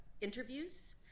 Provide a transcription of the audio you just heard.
interviews